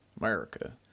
America